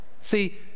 see